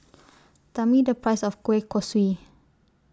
Tell Me The Price of Kueh Kosui